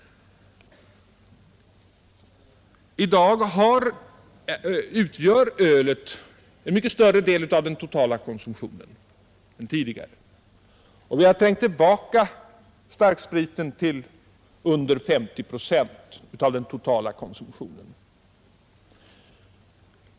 I dag utgör ölet en mycket större del av den totala konsumtionen än tidigare. Vi har trängt tillbaka starkspriten till under 50 procent av den totala konsumtionen.